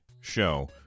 show